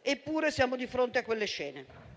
Eppure, siamo di fronte a quelle scene.